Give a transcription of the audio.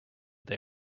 they